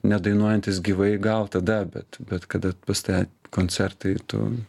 nedainuojantis gyvai gal tada bet bet kada pas tave koncertai tu